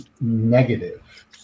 negative